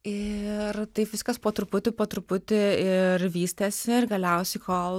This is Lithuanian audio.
ir taip viskas po truputį po truputį ir vystėsi ir galiausiai kol